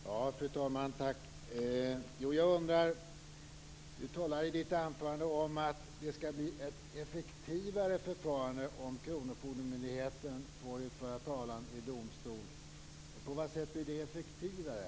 Fru talman! Rune Berglund talar i sitt anförande om att det skall bli effektivare förfarande om kronofogdemyndigheten får föra talan i domstol. På vilket sätt blir det effektivare?